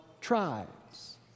tribes